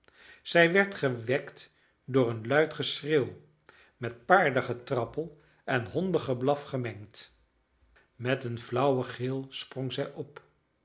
zij werd gewekt door een luid geschreeuw met paardengetrappel en hondengeblaf gemengd met een flauwen gil sprong zij op